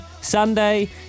Sunday